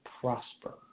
prosper